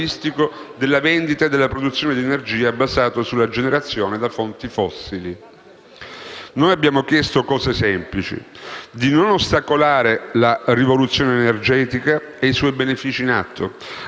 Noi abbiamo chiesto cose semplici. Abbiamo chiesto di non ostacolare la rivoluzione energetica e i suoi benefici in atto.